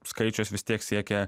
skaičius vis tiek siekia